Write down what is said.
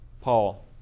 Paul